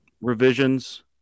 revisions